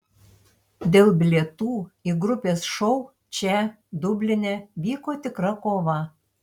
dėl bilietų į grupės šou čia dubline vyko tikra kova